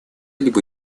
либо